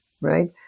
right